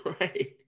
Right